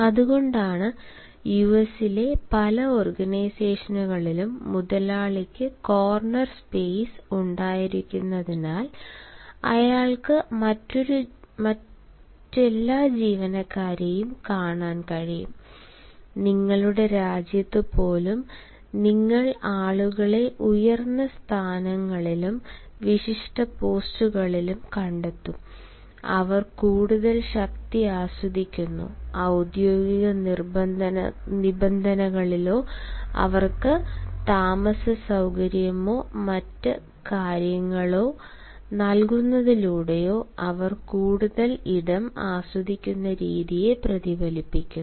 അതുകൊണ്ടാണ് യുഎസിലെ പല ഓർഗനൈസേഷനുകളിലും മുതലാളിക്ക് കോർനർ സ്പേസ് ഉണ്ടായിരിക്കുന്നതിനാൽ അയാൾക്ക് മറ്റെല്ലാ ജീവനക്കാരെയും കാണാൻ കഴിയും നിങ്ങളുടെ രാജ്യത്ത് പോലും നിങ്ങൾ ആളുകളെ ഉയർന്ന സ്ഥാനങ്ങളിലും വിശിഷ്ട പോസ്റ്റുകളിലും കണ്ടെത്തും അവർ കൂടുതൽ ശക്തി ആസ്വദിക്കുന്നു ഔദ്യോഗിക നിബന്ധനകളിലോ അവർക്ക് താമസസൌകര്യമോ മറ്റ് കാര്യങ്ങളോ നൽകുന്നതിലൂടെയോ അവർ കൂടുതൽ ഇടം ആസ്വദിക്കുന്ന രീതിയെ പ്രതിഫലിപ്പിക്കുന്നു